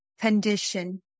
condition